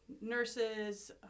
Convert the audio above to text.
nurses